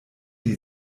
die